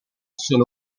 sono